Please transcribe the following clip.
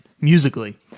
Musically